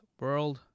world